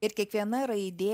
ir kiekviena raidė